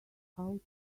out